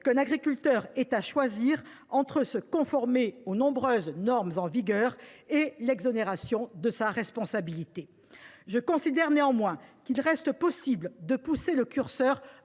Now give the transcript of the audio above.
qu’un agriculteur ait à choisir entre se conformer aux nombreuses normes en vigueur et s’exonérer de sa responsabilité ? Néanmoins, je considère qu’il reste possible de pousser le curseur